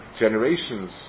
generations